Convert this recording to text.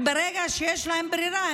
ברגע שיש להם ברירה,